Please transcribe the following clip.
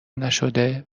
نشده